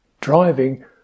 Driving